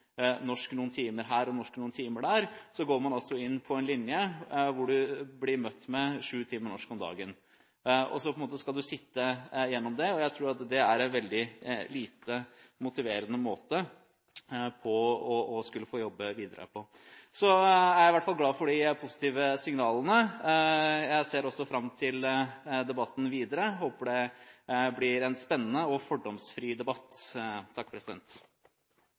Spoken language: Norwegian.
norsk noen timer her og noen timer der, går man altså inn på en linje hvor man blir møtt med syv timer norsk om dagen – og så skal man sitte og gjennomføre det. Jeg tror at det er en veldig lite motiverende måte å jobbe videre på. Jeg er i hvert fall glad for de positive signalene. Jeg ser også fram til debatten videre. Håper det blir en spennende og fordomsfri debatt.